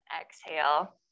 exhale